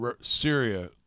Syria